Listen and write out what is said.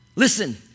Listen